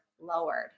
lowered